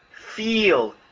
feel